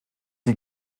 die